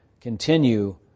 continue